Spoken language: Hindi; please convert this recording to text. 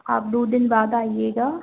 आप दो दिन बाद आइएगा